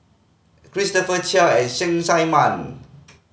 Christopher Chia and Cheng Tsang Man